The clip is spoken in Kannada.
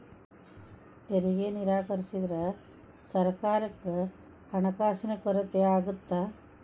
ತೆರಿಗೆ ನಿರಾಕರಿಸಿದ್ರ ಸರ್ಕಾರಕ್ಕ ಹಣಕಾಸಿನ ಕೊರತೆ ಆಗತ್ತಾ